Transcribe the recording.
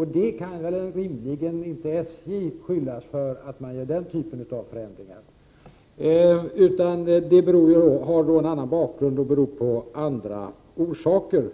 SJ kan väl rimligen inte skyllas för att den typen av förändringar görs. Dessa förändringar har alltså andra orsaker.